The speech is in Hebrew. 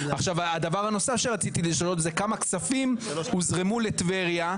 הדבר הנוסף שרציתי לשאול זה כמה כספים הוזרמו לטבריה.